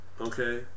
Okay